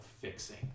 fixing